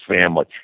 family